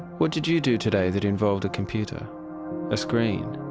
what did you do today that involved a computer a screen?